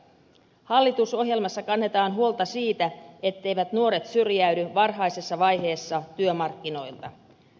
hallitusohjelmassa kannetaan huolta siitä etteivät nuoret syrjäydy varhaisessa vaiheessa työmarkkinoilta